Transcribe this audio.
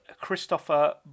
Christopher